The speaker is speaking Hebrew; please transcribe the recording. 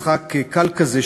משחק קל כזה,